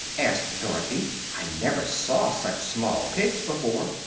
asked dorothy. i never saw such small pigs before.